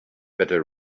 better